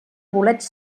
bolets